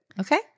Okay